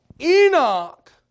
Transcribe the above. Enoch